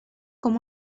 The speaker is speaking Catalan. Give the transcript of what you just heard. com